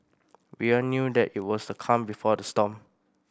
we all knew that it was the calm before the storm